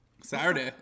Saturday